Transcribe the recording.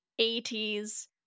80s